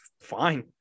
fine